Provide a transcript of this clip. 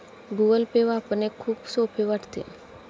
Google Pay वापरणे खूप सोपे वाटते